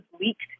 leaked